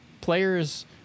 players